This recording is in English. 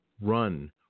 Run